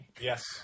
Yes